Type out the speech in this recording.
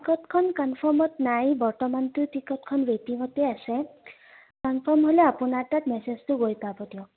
টিকটখন কনফাৰ্মত নাই বৰ্তমানটোৰ টিকটখন ৰেটিঙতে আছে কনফাৰ্ম হ'লে আপোনাৰ তাত মেছেজটো গৈ পাব দিয়ক